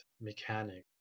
mechanic